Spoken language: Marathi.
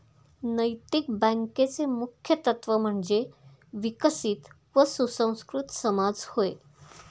नैतिक बँकेचे मुख्य तत्त्व म्हणजे विकसित व सुसंस्कृत समाज होय